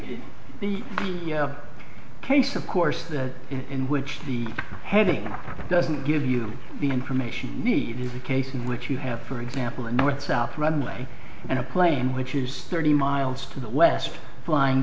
it the case of course that in which the heading doesn't give you the information you need is a case in which you have for example a north south runway and a plane which is thirty miles to the west flying